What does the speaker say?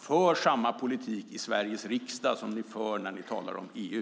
För samma politik i Sveriges riksdag som ni för när ni talar om EU!